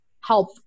help